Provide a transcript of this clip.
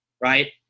right